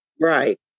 Right